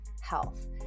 health